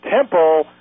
Temple